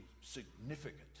significant